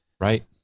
right